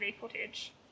footage